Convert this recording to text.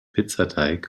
pizzateig